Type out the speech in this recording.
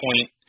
point